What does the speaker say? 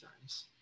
times